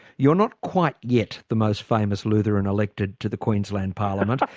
you're not quite yet the most famous lutheran elected to the queensland parliament,